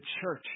church